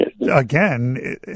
again